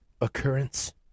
occurrence